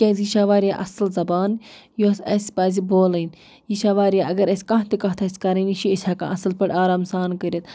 کیٛازِ یہِ چھےٚ واریاہ اَصٕل زبان یۄس اَسہِ پَزِ بولٕنۍ یہِ چھےٚ واریاہ اگر اَسہِ کانٛہہ تہِ کَتھ آسہِ کَرٕنۍ یہِ چھِ أسۍ ہیٚکان اَصٕل پٲٹھۍ آرام سان کٔرِتھ